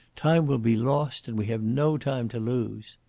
time will be lost, and we have no time to lose.